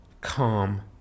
calm